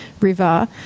River